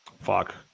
Fuck